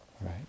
right